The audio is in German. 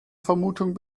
vermutung